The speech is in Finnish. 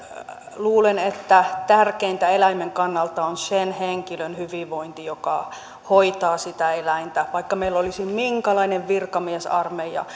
luulen että tärkeintä eläimen kannalta on sen henkilön hyvinvointi joka hoitaa sitä eläintä vaikka meillä olisi minkälainen virkamiesarmeija